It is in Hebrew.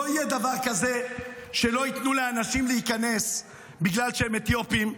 לא יהיה דבר כזה שלא ייתנו לאנשים להיכנס בגלל שהם אתיופים.